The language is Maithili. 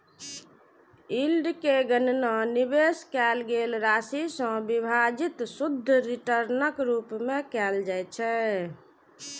यील्ड के गणना निवेश कैल गेल राशि सं विभाजित शुद्ध रिटर्नक रूप मे कैल जाइ छै